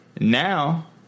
Now